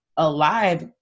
alive